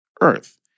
earth